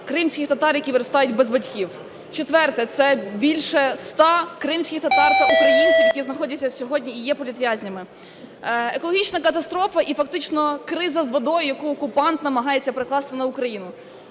кримських татар, які виростають без батьків. Четверте – це більше 100 кримських татар та українців, які знаходяться сьогодні і є політв'язнями. Екологічна катастрофа і фактично криза з водою, яку окупант намагається перекласти на Україну.